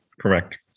Correct